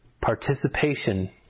participation